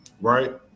right